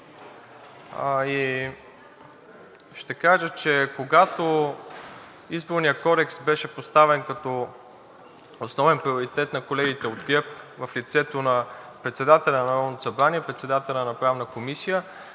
Ще кажа, че когато Изборният кодекс беше поставен като основен приоритет на колегите от ГЕРБ в лицето на председателя на Народното събрание, председателят на Правната комисия,